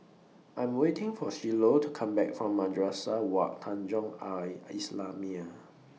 I'm waiting For Shiloh to Come Back from Madrasah Wak Tanjong Al Islamiah